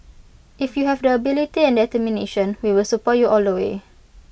if you have the ability and determination we will support you all the way